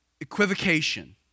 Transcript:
equivocation